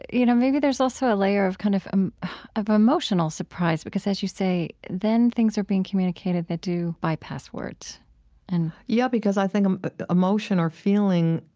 you know maybe there's also a layer of kind of um of emotional surprise because, as you say, then things are being communicated that do bypass words and yeah, because i think emotion or feeling,